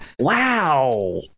Wow